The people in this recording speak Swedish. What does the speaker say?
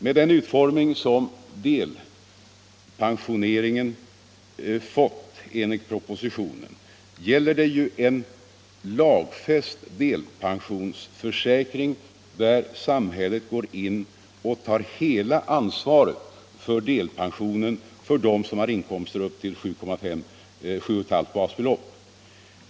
Med den utformning som delpensioneringen fått enligt propositionen gäller det ju en lagfäst delpensionsförsäkring, där samhället går in och tar hela ansvaret för delpensionen för dem som har inkomster upp till 7,5 basbelopp.